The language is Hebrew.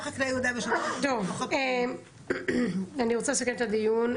אני רוצה לסכם את הדיון.